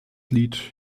lied